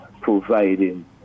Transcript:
providing